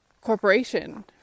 corporation